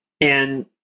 And-